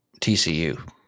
TCU